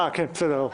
אוקיי, בסדר.